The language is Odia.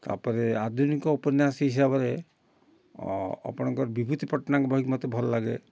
ତା'ପରେ ଆଧୁନିକ ଉପନ୍ୟାସ ହିସାବରେ ଆପଣଙ୍କର ବିଭୂତି ପଟ୍ଟନାୟକଙ୍କ ବହିକୁ ମୋତେ ଭଲ ଲାଗେ